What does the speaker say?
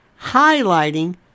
highlighting